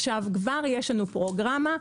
כבר יש לנו פרוגרמה,